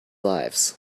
lives